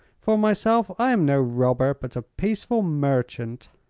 for myself, i am no robber, but a peaceful merchant.